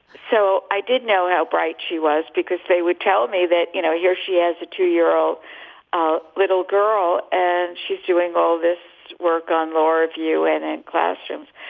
so i did know how bright she was because they would tell me that, you know, here she has a two year old ah little girl and she's doing all this work on law review and in classrooms.